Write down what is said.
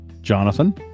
Jonathan